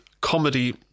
comedy